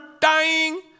dying